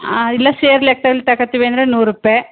ಇಲ್ಲ ಸೇರ್ ಲೆಕ್ದಲ್ಲಿ ತಗಳ್ತೀವಿ ಅಂದರೆ ನೂರು ರೂಪಾಯಿ